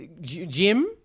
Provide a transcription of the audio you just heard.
Jim